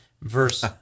Verse